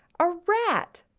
a rat.